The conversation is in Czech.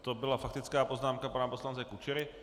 To byla faktická poznámka pana poslance Kučery.